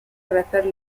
rapper